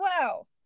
wow